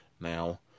Now